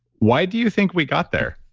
why do you think we got there?